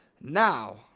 Now